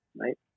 right